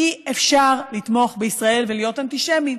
אי-אפשר לתמוך בישראל ולהיות אנטישמי.